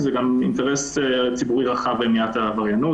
זה גם אינטרס ציבורי רחב למניעת העבריינות.